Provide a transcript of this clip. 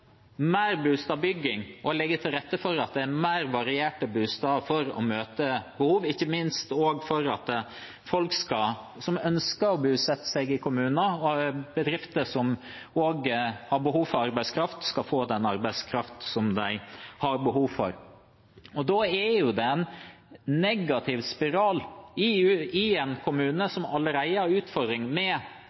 legge til rette for mer varierte boliger for å møte behovet, ikke minst for folk som ønsker å bosette seg i en kommune, og for at bedrifter som har behov for arbeidskraft, skal få den arbeidskraften de har behov for. Det er jo en negativ spiral for en kommune som allerede har utfordringer med